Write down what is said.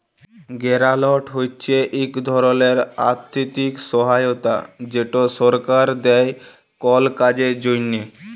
গেরালট হছে ইক ধরলের আথ্থিক সহায়তা যেট সরকার দেই কল কাজের জ্যনহে